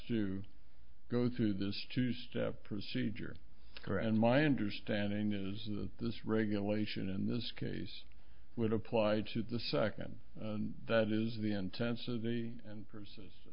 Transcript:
to go through this two step procedure for and my understanding is that this regulation in this case would apply to the second and that is the intensity and